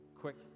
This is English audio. quick